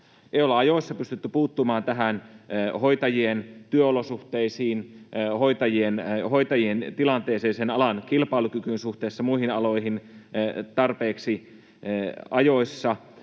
Ei ole ajoissa pystytty puuttumaan hoitajien työolosuhteisiin, hoitajien tilanteeseen, alan kilpailukykyyn suhteessa muihin aloihin tarpeeksi ajoissa.